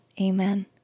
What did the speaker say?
Amen